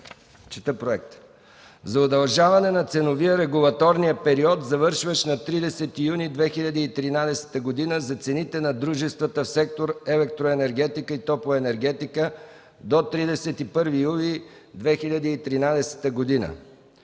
на „Проект РЕШЕНИЕ за удължаване на ценовия/ регулаторния период, завършващ на 30 юни 2013 г. за цените на дружествата в сектор „Електроенергетика и топлоенергетика” до 31 юли 2013 г.